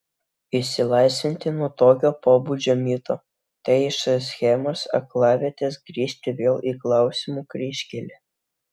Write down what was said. išsilaisvinti nuo tokio pobūdžio mito tai iš schemos aklavietės grįžti vėl į klausimų kryžkelę